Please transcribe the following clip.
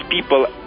people